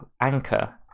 Anchor